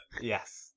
Yes